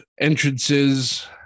entrances